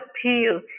appeal